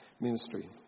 ministry